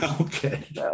okay